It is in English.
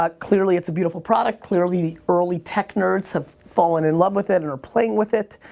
ah clearly it's a beautiful product, clearly the early tech nerds have fallen in love with it and are playing with it.